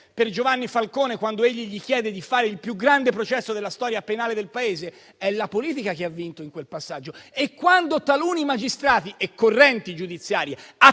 per Giovanni Falcone quando questi gli chiede di fare il più grande processo della storia penale del paese, che ha vinto in quel passaggio. E quando taluni magistrati - e correnti giudiziarie